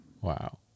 Wow